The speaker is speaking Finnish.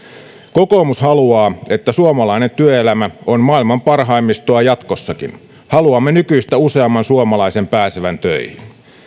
kokoomus haluaa että suomalainen työelämä on maailman parhaimmistoa jatkossakin haluamme nykyistä useamman suomalaisen pääsevän töihin